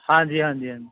ਹਾਂਜੀ ਹਾਂਜੀ ਹਾਂਜੀ